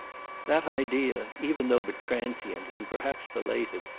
that idea, even though but transient and perhaps belated,